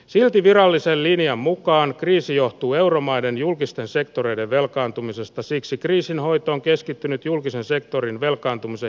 silti virallisen linjan mukaan kriisi johtuu euromaiden julkisten sektoreiden velkaantumisesta siksi kriisin hoitoon keskittynyt julkisen sektorin velkaantumisen